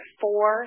four